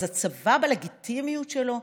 אז הצבא בלגיטימיות שלו,